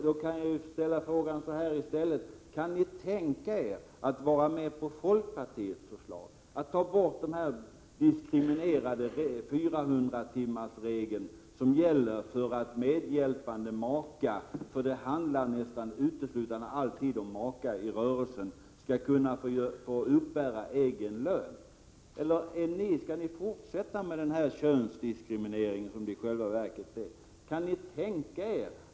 Låt mig därför fråga om ni kan tänka er att gå med på folkpartiets förslag om att ta bort den diskriminerande 400-timmarsregeln, som gäller för att medhjälpande maka — det handlar nästan alltid om det —i rörelsen skall få uppbära egen lön. Eller skall ni fortsätta med denna könsdiskriminering, som det i själva verket är fråga om?